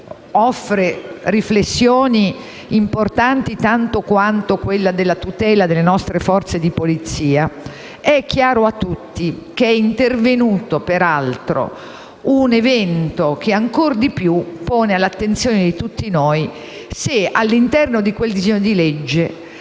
che offre riflessioni importanti, tanto quanto quelle sulla tutela delle nostre forze di polizia, è chiaro a tutti che è intervenuto un evento che, ancora di più, pone all'attenzione di tutti noi il problema di capire se, all'interno di quel disegno di legge,